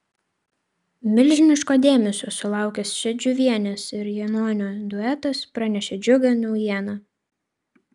milžiniško dėmesio sulaukęs šedžiuvienės ir janonio duetas pranešė džiugią naujieną